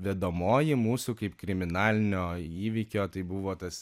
vedamoji mūsų kaip kriminalinio įvykio tai buvo tas